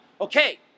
Okay